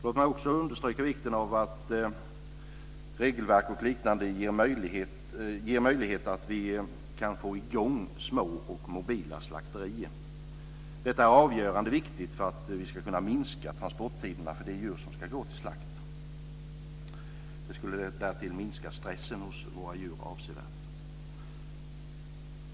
Låt mig också understryka vikten av att regelverk m.m. ger möjligheter att få i gång små och mobila slakterier. Detta är avgörande viktigt för att vi ska kunna minska transporttiderna för de djur som ska gå till slakt. Det skulle därtill avsevärt minska stressen för våra djur.